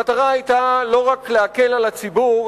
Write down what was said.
המטרה היתה לא רק להקל על הציבור,